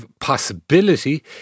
possibility